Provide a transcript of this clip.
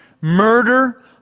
murder